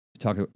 Talk